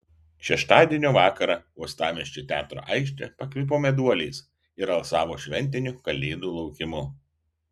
šeštadienio vakarą uostamiesčio teatro aikštė pakvipo meduoliais ir alsavo šventiniu kalėdų laukimu